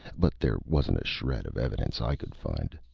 but there wasn't a shred of evidence i could find.